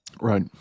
right